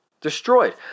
Destroyed